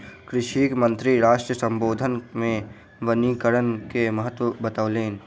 कृषि मंत्री राष्ट्र सम्बोधन मे वनीकरण के महत्त्व बतौलैन